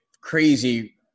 crazy